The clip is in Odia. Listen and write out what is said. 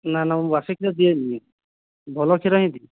ନା ନା ମୁଁ ବାସି କ୍ଷୀର ଦିଏନି ଭଲ କ୍ଷୀର ହିଁ ଦିଏ